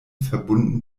verbunden